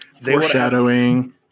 foreshadowing